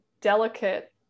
delicate